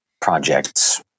projects